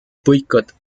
boycott